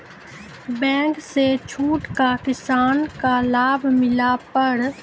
Bank से छूट का किसान का लाभ मिला पर?